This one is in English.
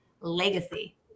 legacy